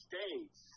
States